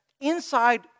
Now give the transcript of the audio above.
inside